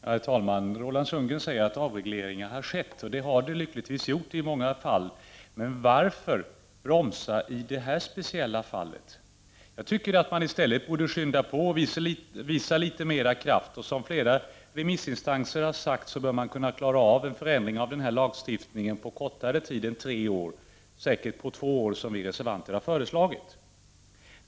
Herr talman! Roland Sundgren säger att avregleringar har skett, och så har lyckligtvis gjorts i många fall, men varför bromsa i det här speciella fallet? Jag tycker att man i stället borde skynda på och visa litet mera kraft. Som flera remissinstanser har sagt, bör en förändring av denna lagstiftning kunna klaras på kortare tid än tre år — säkert på två år, som vi reservanter har föreslagit.